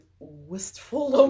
Wistful